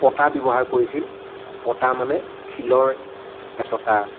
পতা ব্যৱহাৰ কৰিছিল পতা মানে শিলৰ এচতা